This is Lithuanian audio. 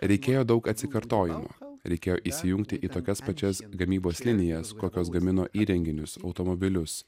reikėjo daug atsikartojimo reikėjo įsijungti į tokias pačias gamybos linijas kokios gamino įrenginius automobilius